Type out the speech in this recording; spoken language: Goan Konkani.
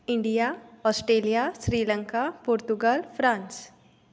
India Australia Sri Lanka Portugal France